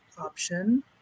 option